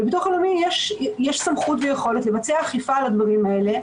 לביטוח הלאומי יש סמכות ויכולת לבצע אכיפה על הדברים האלה,